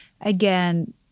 again